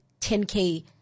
10k